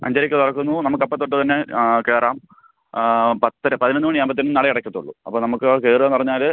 അഞ്ചരക്ക് തുറക്കുന്നു നമുക്ക് അപ്പോൾ തൊട്ട് തന്നെ കയറാം പത്തര പതിനൊന്ന് മണിയാവുമ്പത്തേനും നട അടക്കത്തുള്ളൂ അപ്പോൾ നമുക്ക് അവിടെ കയറുക എന്ന് പറഞ്ഞാൽ